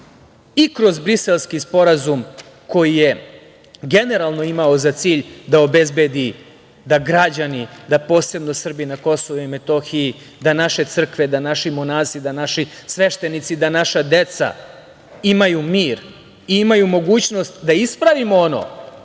i kroz Briselski sporazum koji je generalno imao za cilj da obezbedi da građani, da posebno Srbi na Kosovu i Metohiji, da naše crkve, da naši monasi, da naši sveštenici, da naša deca imaju mir i imaju mogućnost da ispravimo ono